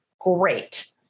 Great